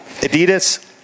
Adidas